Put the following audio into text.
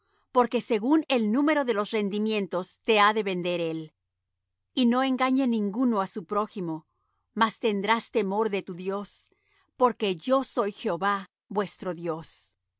porque según el número de los rendimientos te ha de vender él y no engañe ninguno á su prójimo mas tendrás temor de tu dios porque yo soy jehová vuestro dios